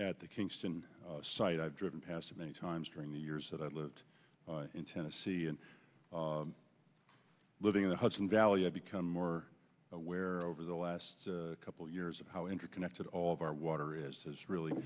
at the kingston site i've driven past many times during the years that i've lived in tennessee and living in the hudson valley i've become more aware over the last couple of years of how interconnected all of our water is really